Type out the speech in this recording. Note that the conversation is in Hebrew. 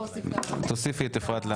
תוסיפי את אפרת.